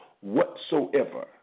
whatsoever